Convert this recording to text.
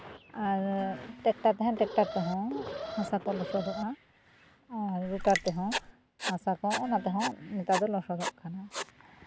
ᱟᱨ tractor ᱛᱮᱦᱚᱸ ᱦᱮᱱ tractor ᱛᱮᱦᱚᱸ ᱦᱟᱥᱟ ᱠᱚ ᱞᱚᱥᱚᱫᱚᱜᱼᱟ ᱟᱨ ᱨᱳᱴᱟᱨ ᱛᱮᱦᱚᱸ ᱦᱟᱥᱟ ᱠᱚ ᱚᱱᱟ ᱛᱮᱦᱚᱸ ᱱᱮᱛᱟᱨ ᱫᱚ ᱞᱚᱥᱚᱫᱚᱜ ᱠᱟᱱᱟ